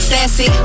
Sassy